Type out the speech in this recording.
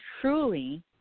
truly